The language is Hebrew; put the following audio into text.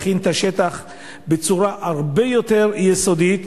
להכין את השטח בצורה הרבה יותר יסודית,